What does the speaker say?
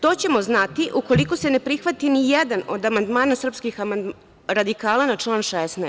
To ćemo znati ukoliko se ne prihvati ni jedan od amandmana srpskih radikala na član 16.